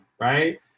right